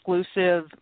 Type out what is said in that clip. exclusive